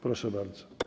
Proszę bardzo.